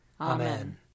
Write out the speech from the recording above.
Amen